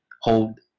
hold